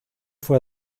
fue